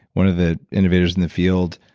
one of the innovators in the field.